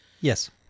Yes